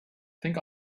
think